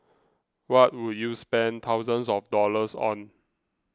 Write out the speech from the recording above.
what would you spend thousands of dollars on